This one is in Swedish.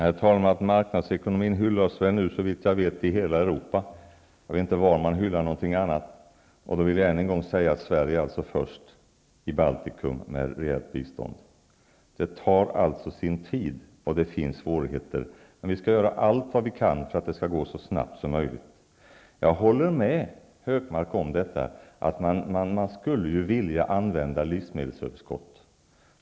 Herr talman! Marknadsekonomin hyllas nu, såvitt jag vet, i hela Europa. Jag vet inte var man hyllar någonting annat. Jag vill än en gång säga att Sverige är först i Baltikum med reellt bistånd. Det tar sin tid och det finns svårigheter. Men vi skall göra allt vad vi kan för att det skall gå så snabbt som möjligt. Jag håller med Anders Högmark om att man skulle vilja använda livsmedelsöverskottet.